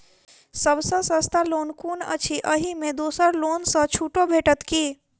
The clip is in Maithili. सब सँ सस्ता लोन कुन अछि अहि मे दोसर लोन सँ छुटो भेटत की?